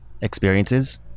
experiences